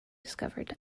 discovered